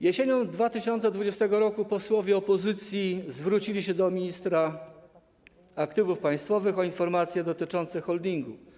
Jesienią 2020 r. posłowie opozycji zwrócili się do ministra aktywów państwowych o informacje dotyczące holdingu.